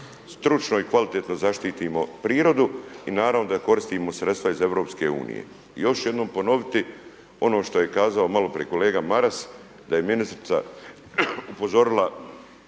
stručno i kvalitetno zaštitimo prirodu i naravno da koristimo sredstva iz EU. I još ću jednom ponoviti ono što je kazao malo prije kolega Maras, da je ministrica upozorila